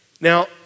Now